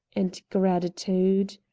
and gratitude.